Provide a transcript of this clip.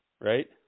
Right